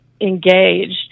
engaged